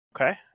Okay